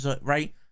right